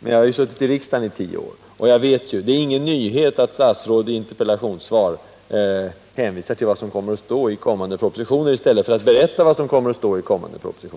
Men jag har ju suttit i riksdagen i tio år, och jag vet att det inte är någon nyhet att statsråd i interpellationssvar hänvisar till vad som kommer att stå i kommande propositioner, i stället för att berätta vad som kommer att stå där.